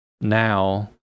now